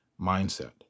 Mindset